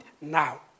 now